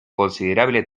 considerable